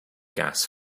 gas